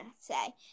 say